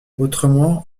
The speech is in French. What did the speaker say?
autrement